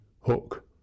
hook